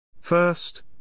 First